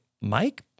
Mike